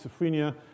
schizophrenia